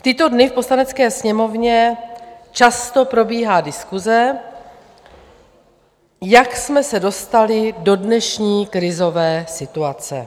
V tyto dny v Poslanecké sněmovně často probíhá diskuse, jak jsme se dostali do dnešní krizové situace.